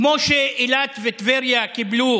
כמו שאילת וטבריה קיבלו